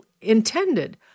intended